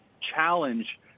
challenge